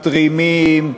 מתרימים,